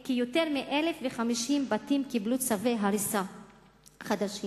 כי יותר מ-1,050 בתים קיבלו צווי הריסה חדשים,